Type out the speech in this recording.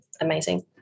amazing